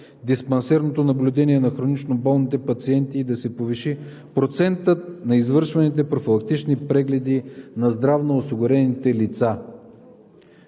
диспансерното наблюдение на хронично болните пациенти и да се повиши процентът на извършваните профилактични прегледи на здравноосигурените лица,